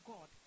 God